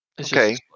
Okay